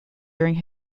during